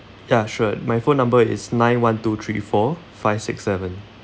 ya sure my phone number is nine one two three four five six seven